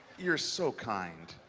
you're so kind.